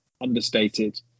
understated